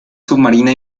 submarina